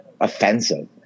offensive